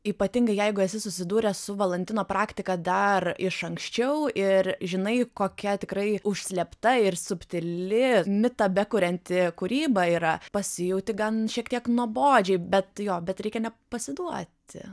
ypatingai jeigu esi susidūręs su valantino praktika dar iš anksčiau ir žinai kokia tikrai užslėpta ir subtili mitą bekurianti kūryba yra pasijauti gan šiek tiek nuobodžiai bet jo bet reikia nepasiduoti